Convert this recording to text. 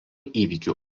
įvykių